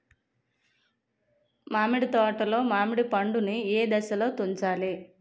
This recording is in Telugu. మామిడి తోటలో మామిడి పండు నీ ఏదశలో తుంచాలి?